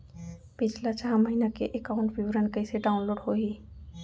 पिछला छः महीना के एकाउंट विवरण कइसे डाऊनलोड होही?